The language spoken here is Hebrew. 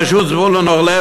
בראשות זבולון אורלב,